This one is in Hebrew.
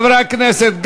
חברי הכנסת,